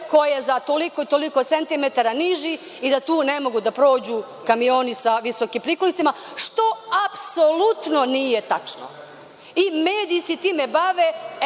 koji je za toliko i toliko centimetara niži i da tu ne mogu da prođu kamioni sa visokim prikolicama, što apsolutno nije tačno.I mediji se time bave eto ko ne